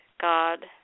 God